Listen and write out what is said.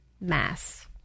mass